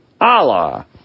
Allah